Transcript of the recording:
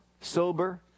sober